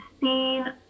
seen